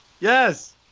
Yes